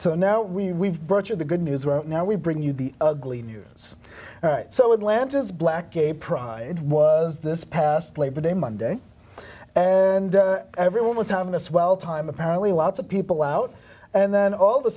so now we we've brought you the good news right now we bring you the ugly news so woodlands is black gay pride was this past labor day monday and everyone was having a swell time apparently lots of people out and then all of a